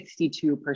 62%